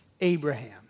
Abraham